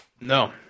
No